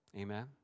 Amen